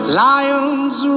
lions